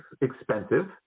expensive